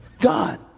God